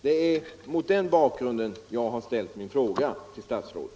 Det är mot den bakgrunden jag har ställt min fråga till statsrådet.